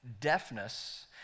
deafness